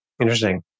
Interesting